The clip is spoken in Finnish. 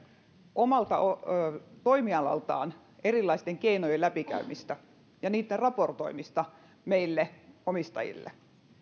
omalla toimialallaan erilaisten keinojen läpikäymistä ja niitten raportoimista meille omistajille